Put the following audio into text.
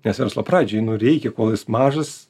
nes verslo pradžioj nu reikia kol jis mažas